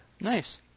Nice